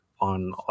on